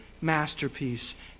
masterpiece